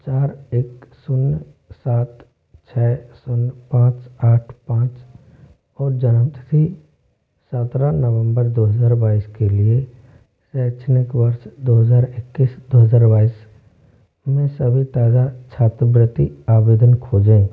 चार एक शून्य सात छः शून्य पाँस आठ पाँच और जन्मतिथि सात्रह नवम्बर दो हज़ार बाईस के लिए शैक्षणिक वर्ष दो हज़ार एक्कीस दो हज़ार बाईस में सभी ताज़ा छात्रवृति आवेदन खोजें